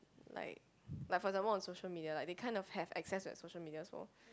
like like for example on social media like they kind of have access to that social media so